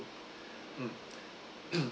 mm